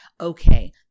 okay